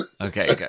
okay